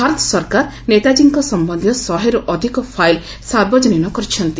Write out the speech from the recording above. ଭାରତ ସରକାର ନେତାଜୀଙ୍କ ସମ୍ପନ୍ଧୀୟ ଶହେରୁ ଅଧିକ ଫାଇଲ୍ ସାବିଚ୍ଚନୀନ କରିଚ୍ଛନ୍ତି